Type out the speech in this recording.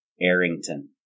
Arrington